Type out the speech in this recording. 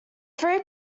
three